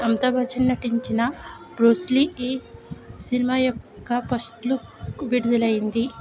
అమితాబచ్చన్ నటించిన బ్రూస్లీకి సినిమా యొక్క first look విడుదలైంది